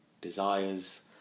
desires